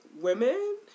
women